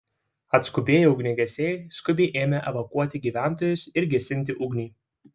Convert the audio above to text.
atskubėję ugniagesiai skubiai ėmė evakuoti gyventojus ir gesinti ugnį